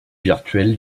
virtuelle